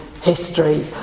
history